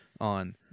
on